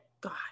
god